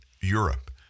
Europe